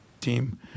Team